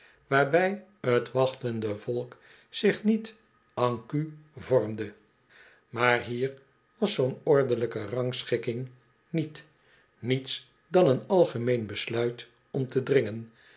waarbij t wachtende volk zich niet en queue vormde maar hier was zoo'n ordelijke rangschikking niet niets dan een algemeen besluit om te dringen